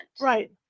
right